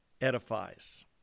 edifies